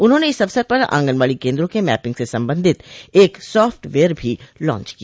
उन्होंने इस अवसर पर आंगनबाड़ी केन्द्रों के मैपिंग से संबंधित एक साफटवेयर भी लांच किया